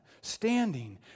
standing